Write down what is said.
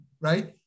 right